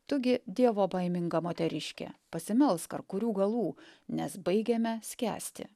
tu gi dievobaiminga moteriške pasimelsk ar kurių galų nes baigiame skęsti